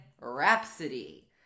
Rhapsody